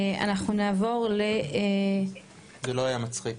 זה לא היה מצחיק.